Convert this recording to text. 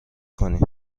کنی